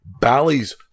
Bally's